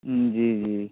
جی جی